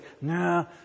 no